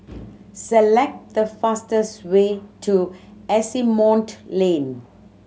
select the fastest way to Asimont Lane